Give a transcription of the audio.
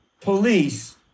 police